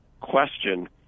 question